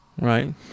Right